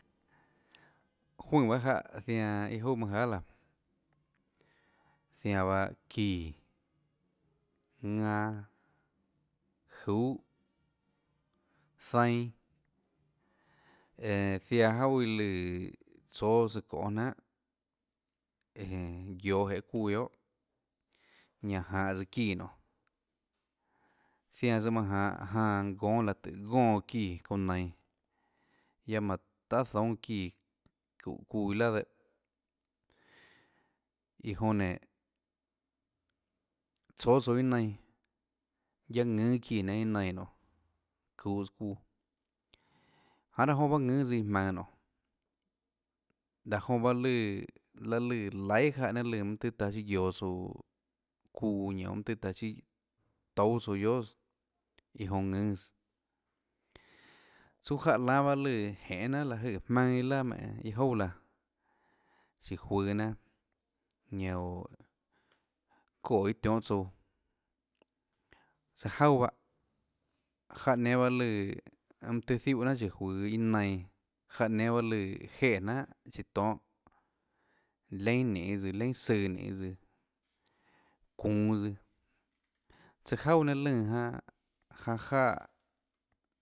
Juønè bahâ jáhã zianã iâ juoà manâ jahà laã zianã bahâ çíã ðanã juhà zainã eeå ziaã juaà iã lùã tsóâ tsøã çonê jnanhà eeå guioå jeeê çuuã ñanã janhå tsøã çíã nionê zianã tsøã manã janhå janã gónâ láhå tùh gónã çíã çounã nainå guiaã manã tahà zoúnâ çíã çúhå çuuã iâ laà dehâ iã jonã nénå tsóâ tsouã iâ nainã guiaâ ðùnâ çíã nénâ iâ nainã nionê çuuhàs çuuã janê raã jonã bahâ ðùnâs iã jmaønå nonê laã jonã bahâ lùã laøê lùã laihà jáhã nénâ lùã mønâ taã siâ guioå tsouã çuuã ñanã oå mønã tøê taã siâ toúâ tsouã guiohàs iã jonã ðùnâs tsúà jáhã lánâ bahâ lùã jenê jnanhà láhå jøè jmaønâ iâ laà menê iâ jouà laã síå juøå jnanâ ñanã oå çoè iâ tionhà tsouã tsaã jauà bahâ jáhã nénâ bahâ lùã mønâ tøê jiúhã jnanhà chíå juøå iâ nainã áhã nénâ bahâ lùã jeeè jnanhà chiã tonhâ leínà ninê tsøã leínà sùã ninê tsøã çuunå tsøã tsøã juaà nénâ lùnã janã janã jáhã.